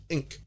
Inc